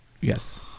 Yes